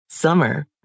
Summer